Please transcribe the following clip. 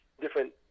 different